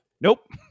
nope